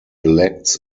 elects